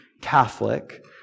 Catholic